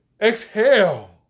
exhale